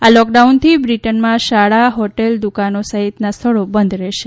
આ લોકડાઉનથી બ્રિટનમાં શાળા હોટલ દુકાનો સહિતના સ્થળો બંધ રહેશે